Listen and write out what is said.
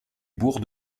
bourg